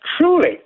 Truly